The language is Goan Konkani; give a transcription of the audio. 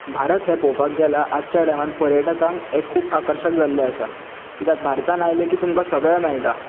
भारत हें पळोवपाक गेल्यार आजच्या टायमान पर्यटकांक हें खूब आकर्शक जाल्लें आसा किद्याक भारतांत आयलें की तुमकां सगलें मेळटा